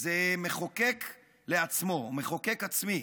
זה מחוקק לעצמו, מחוקק עצמי.